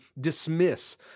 dismiss